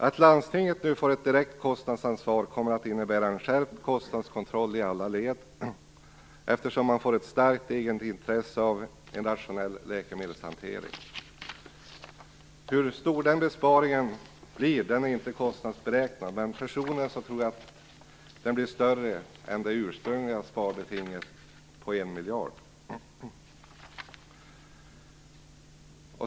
Att landstinget nu får ett direkt kostnadsansvar kommer att innebära en skärpt kostnadskontroll i alla led, eftersom man får ett starkt egenintresse av en rationell läkemedelshantering. Hur stor den besparingen blir är inte kostnadsberäknat. Personligen tror jag att den bli större än det ursprungliga sparbetinget på 1 miljard.